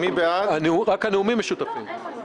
רק הנאומים משותפים.